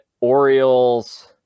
Orioles